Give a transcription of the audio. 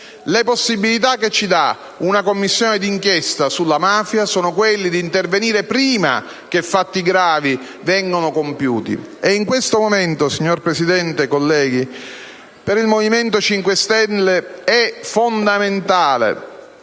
La possibilità che ci dà una Commissione di inchiesta sulla mafia è di intervenire prima che fatti gravi vengano compiuti. In questo momento, signor Presidente, colleghi, per il Movimento 5 Stelle è fondamentale